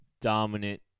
dominant